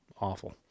Awful